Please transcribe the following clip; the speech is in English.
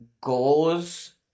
goals